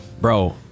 Bro